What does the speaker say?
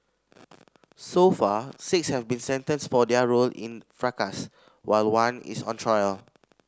so far six have been sentenced for their role in fracas while one is on trial